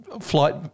flight